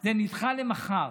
זה נדחה למחר.